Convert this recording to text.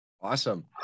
Awesome